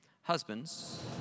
Husbands